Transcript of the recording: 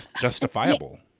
Justifiable